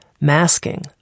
masking